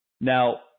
now